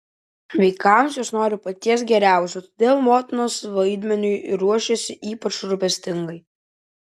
vaikams jos nori paties geriausio todėl motinos vaidmeniui ruošiasi ypač rūpestingai